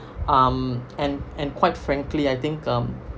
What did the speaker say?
um and and quite frankly I think um